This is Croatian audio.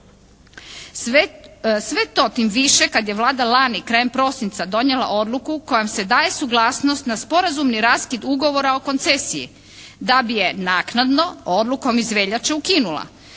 Sve to tim više kad je Vlada lani, krajem prosinca, donijeta odluku kojom se daje suglasnost na sporazumni raskid ugovora o koncesiji da bi je naknadno odlukom iz veljače ukinula